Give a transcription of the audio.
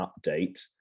update